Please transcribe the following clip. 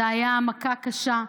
זו הייתה מכה קשה.